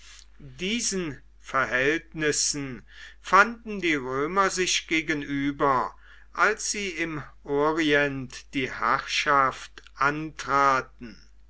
diesen verhältnissen fanden die römer sich gegenüber als sie im orient die herrschaft antraten